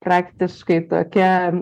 praktiškai tokia